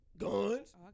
guns